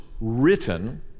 written